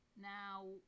Now